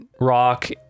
rock